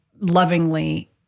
lovingly